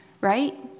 right